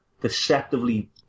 deceptively